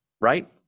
right